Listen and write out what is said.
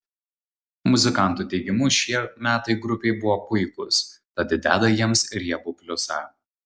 muzikantų teigimu šie metai grupei buvo puikūs tad deda jiems riebų pliusą